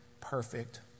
perfect